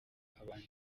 abantu